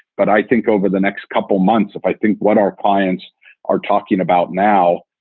but i think over the next couple months, if i think what our clients are talking about now,